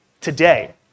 today